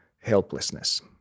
helplessness